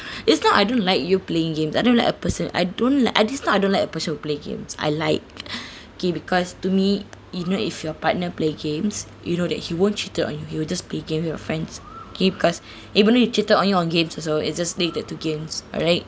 it's not I don't like you playing games I don't like a person I don't like uh it's not I don't like a person who play games I like okay because to me you know if your partner play games you know that he won't cheated on you he will just play games with your friends K because even though you cheated only on games also it just related to games alright